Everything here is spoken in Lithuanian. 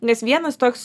nes vienas toks